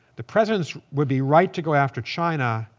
the president would be right to go after china.